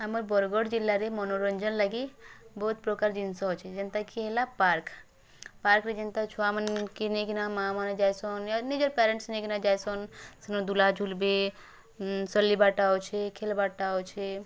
ଆମର୍ ବରଗଡ଼୍ ଜିଲ୍ଲାରେ ମନୋରଞ୍ଜନ୍ ଲାଗି ବହୁତ୍ ପ୍ରକାର୍ ଜିନିଷ୍ ଅଛେ ଯେନ୍ତା କି ହେଲା ପାର୍କ୍ ପାର୍କରେ ଜେନ୍ତା ଛୁଆମାନଙ୍କେ ନେଇକିନା ମାଆମାନେ ଯାଇସନ୍ ଅର୍ ନିଜର୍ ପ୍ୟାରେଣ୍ଟସ୍ ନେଇକିନା ଯାଇସନ୍ ସେନୁ ଝୁଲା ଝୁଲବେ ଚାଲିବାଟା ଅଛେ ଖେଲିବାଟା ଅଛେ